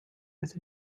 with